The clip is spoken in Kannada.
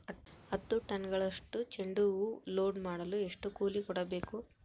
ಹತ್ತು ಟನ್ನಷ್ಟು ಚೆಂಡುಹೂ ಲೋಡ್ ಮಾಡಲು ಎಷ್ಟು ಕೂಲಿ ಕೊಡಬೇಕು?